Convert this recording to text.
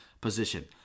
position